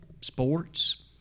Sports